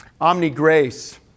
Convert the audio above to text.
omni-grace